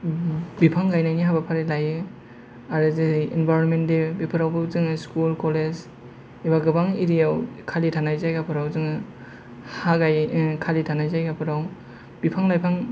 बिफां गायनायनि हाबाफारि लायो आरो जे एनभायरनमेन दे बेफोरावबो जोङो स्कुल कलेज एबा गोबां एरियायाव खालि थानाय जायगाफोराव जोङो हा गायो ओ खालि थानाय जायगाफोराव जोङो बिफां लाइफां